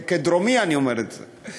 כדרומי אני אומר את זה.